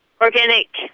organic